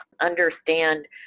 understand